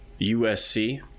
USC